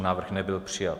Návrh nebyl přijat.